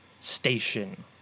Station